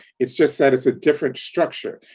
it's just that it's a different structure.